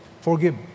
Forgive